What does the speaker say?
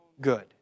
good